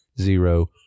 zero